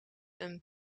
een